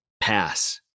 pass